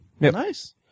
Nice